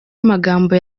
amagambo